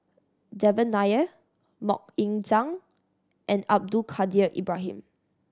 Devan Nair Mok Ying Jang and Abdul Kadir Ibrahim